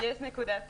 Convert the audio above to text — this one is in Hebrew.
יש נקודת זכות,